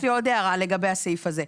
יש לי עוד הערה לגבי הסעיף הזה.